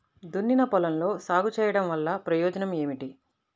దున్నిన పొలంలో సాగు చేయడం వల్ల ప్రయోజనం ఏమిటి?